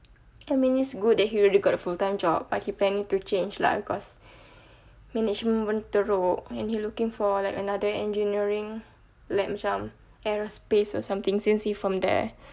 I mean it's good that he already got a full time job but he planning to change lah because management pun teruk and he looking for like another engineering like macam aerospace or something since he from there